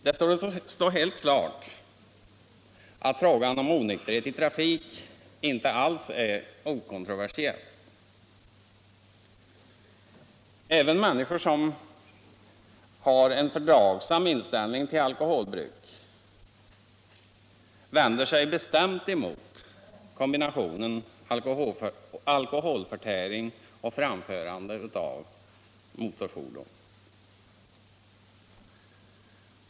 Det torde stå helt klart, att frågan om onykterhet i trafik inte alls är okontroversiell. Även människor som har en fördragsam inställning till alkoholbruk vänder sig bestämt mot kombinationen alkoholförtäring och framförande av motorfordon.